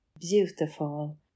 beautiful